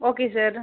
okay sir